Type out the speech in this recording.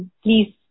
please